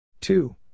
Two